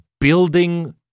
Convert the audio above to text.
building